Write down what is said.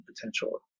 potential